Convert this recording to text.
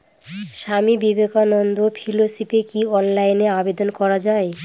স্বামী বিবেকানন্দ ফেলোশিপে কি অনলাইনে আবেদন করা য়ায়?